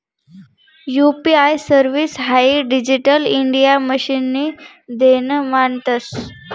UPI service हाई digital India मिशननी देन मानतंस